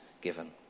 given